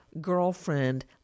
girlfriend